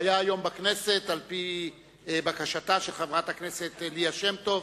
שהיה היום בכנסת על-פי בקשתה של חברת הכנסת ליה שמטוב,